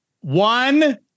One